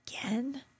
again